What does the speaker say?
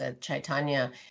Chaitanya